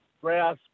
grass